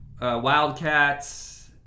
Wildcats